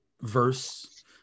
verse